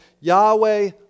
Yahweh